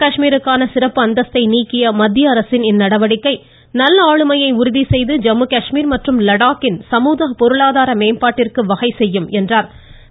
காஷ்மீருக்கான சிறப்பு அந்தஸ்த்தை நீக்கிய மத்திய அரசின் இந்நடவடிக்கை நல்ஆளுமையை உறுதி செய்து ஜம்மு காஷ்மீர் மற்றும் லடாக்கின் சமூகப் பொருளாதார மேம்பாட்டிற்கு வகை செய்யும் என்றார்